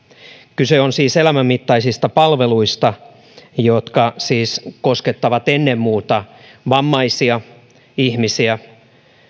kyse on elämänmittaisista palveluista jotka siis koskettavat ennen muuta vammaisia ihmisiä